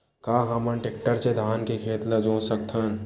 का हमन टेक्टर से धान के खेत ल जोत सकथन?